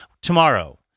Tomorrow